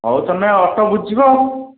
ହଉ ତମେ ଅଟୋ ବୁଝିବ